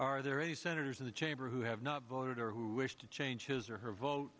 are there any senators in the chamber who have not voted or who wish to change his or her vote